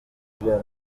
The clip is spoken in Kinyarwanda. ikanzu